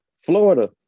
Florida